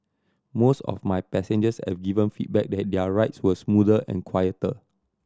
most of my passengers have given feedback that their rides were smoother and quieter